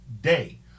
day